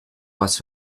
was